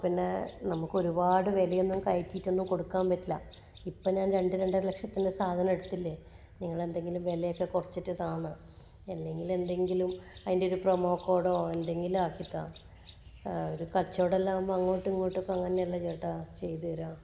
പിന്നെ നമുക്ക് ഒരുപാട് വിലയൊന്നും കയറ്റിയിട്ടൊന്നും കൊടുക്കാൻ പറ്റില്ല ഇപ്പോൾ ഞാൻ രണ്ട് രണ്ടര ലക്ഷത്തിൻ്റെ സാധനം എടുത്തില്ലേ നിങ്ങൾ എന്തെങ്കിലും വിലയൊക്കെ കുറച്ചിട്ട് താന്ന് അല്ലെങ്കിൽ എന്തെങ്കിലും അതിൻറെ ഒരു പ്രോമോക്കോടോ എന്തെങ്കിലും ആക്കി താ ഒരു കച്ചവടം എല്ലാം ആകുമ്പോൾ അങ്ങോട്ടും ഇങ്ങോട്ടും ഒക്കെ അങ്ങനെയല്ലേ ചേട്ടാ ചെയ്തു തരാ